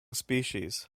species